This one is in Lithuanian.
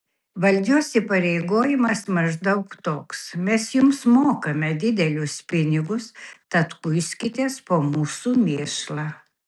valdžios įpareigojimas maždaug toks mes jums mokame didelius pinigus tad kuiskitės po mūsų mėšlą